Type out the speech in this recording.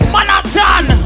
Manhattan